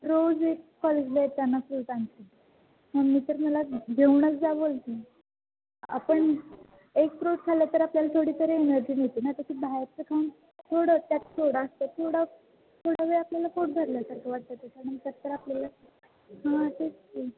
रोज एक कॉलेजला येताना फ्रूट आणते मम्मी तर मला जेवूनच जा बोलते आपण एक फ्रूट खाल्लं तर आपल्याला थोडी तरी एनर्जी मिळते ना तशी बाहेरचं खाऊन थोडं त्यात थोडं असतं थोडं थोडा वेळ आपल्याला पोट भरल्यासारखं वाटतं त्याच्या नंतर तर आपल्याला हां तेच की